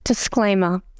Disclaimer